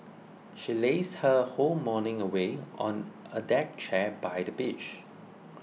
she lazed her whole morning away on a deck chair by the beach